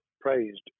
praised